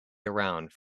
around